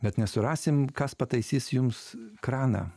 bet nesurasim kas pataisys jums kraną